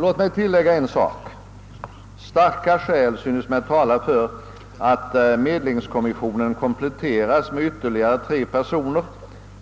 Låt mig tillägga en sak: starka skäl synes mig tala för att medlingskommissionen kompletteras med ytterligare tre personer,